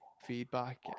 feedback